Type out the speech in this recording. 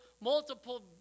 multiple